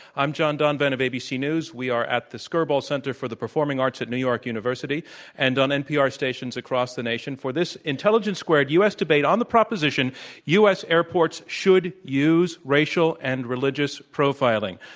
i'm john donvan of abc news. we are at the skirball center for the performing arts at new york university and on npr stations across the nation for this intelligence squared u. s. debate on the proposition u. s. airports should use racial and religious profiling.